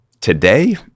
Today